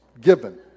Given